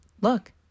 Look